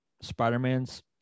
Spider-Mans